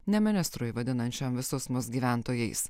ne ministrui vadinančiam visus mus gyventojais